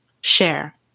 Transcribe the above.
share